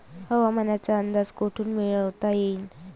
हवामानाचा अंदाज कोठून मिळवता येईन?